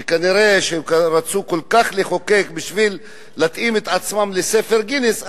כנראה רצו כל כך לחוקק כדי להתאים את עצמם לספר גינס,